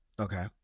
Okay